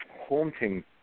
haunting